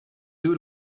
due